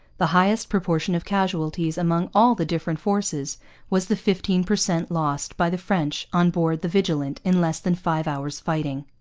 the highest proportion of casualties among all the different forces was the fifteen per cent lost by the french on board the vigilant in less than five hours' fighting.